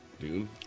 dude